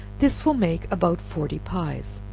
this will make about forty pies,